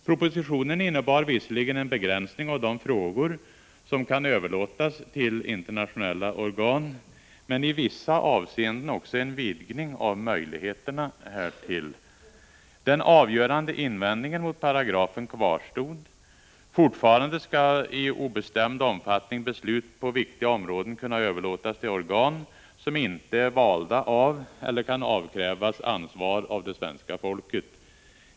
Propositionen innebar visserligen en begränsning av de frågor som kan överlåtas till internationella organ, men i vissa avseenden också en vidgning av möjligheterna härtill. Den avgörande invändningen mot paragrafen kvarstod. Fortfarande skall i obestämd omfattning beslut på viktiga områden kunna överlåtas till organ som inte är valda av eller kan avkrävas ansvar av det svenska folket.